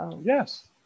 yes